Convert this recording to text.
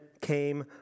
came